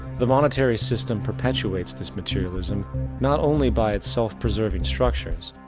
the monetary system perpetuates this materialism not only by it's self-preserving structures,